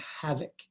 havoc